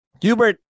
Hubert